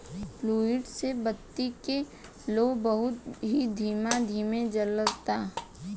fluid से बत्ती के लौं बहुत ही धीमे धीमे जलता